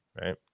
right